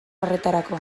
horretarako